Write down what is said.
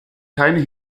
keinen